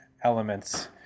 elements